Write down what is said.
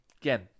Again